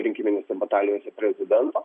rinkiminėse batalijose prezidento